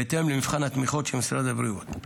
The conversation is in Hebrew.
בהתאם למבחן התמיכות של משרד הבריאות.